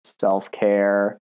self-care